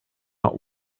not